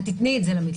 את תתני את זה למתלוננת,